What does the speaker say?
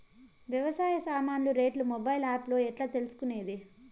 వ్యవసాయ సామాన్లు రేట్లు మొబైల్ ఆప్ లో ఎట్లా తెలుసుకునేది?